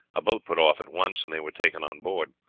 a boat put off at once, and they were taken on board.